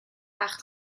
bach